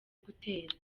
gutera